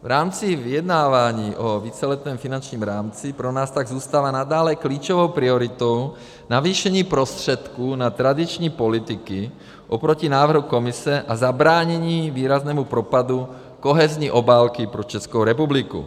V rámci vyjednávání o víceletém finančním rámci pro nás tak zůstává nadále klíčovou prioritou navýšení prostředků na tradiční politiky oproti návrhu Komise a zabránění výraznému propadu kohezní obálky pro Českou republiku.